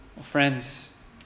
Friends